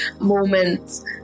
moments